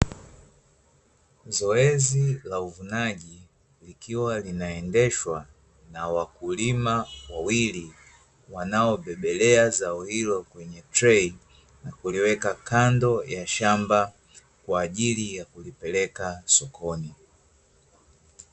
Zoezi la uvunaji likiwa linaendeshwa na wakulima wawili wanaobebelea zao hilo kwenye trei, na kuliweka kando ya shamba kwa ajili ya kulipeleka sokoni.